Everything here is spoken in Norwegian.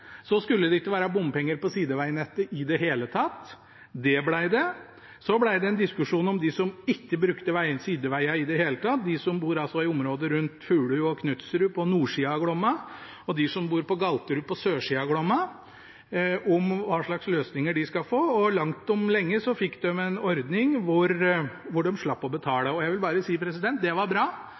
Så skulle det ikke være bompenger på sidevegnettet i det hele tatt – det ble det. Så ble det en diskusjon om hva slags løsninger de som ikke brukte sidevegene i det hele tatt – de som bor i området rundt Fulu og Knutsrud, på nordsida av Glomma, og de som bor på Galterud, på sørsida av Glomma – skulle få. Langt om lenge fikk de en ordning hvor de slapp å betale. Jeg vil bare si: Det var bra,